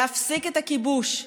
להפסיק את הכיבוש,